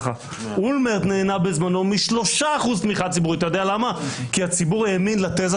אולמרט נהנה בזמנו מ-3% תמיכה ציבורית כי הציבור האמין לתזה